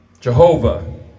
Jehovah